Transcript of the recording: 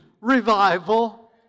revival